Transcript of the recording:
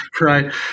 Right